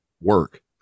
work